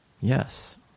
Yes